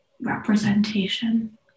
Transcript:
representation